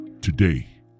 Today